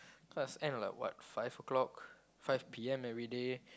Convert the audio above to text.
class end at like what five o-clock five P_M everyday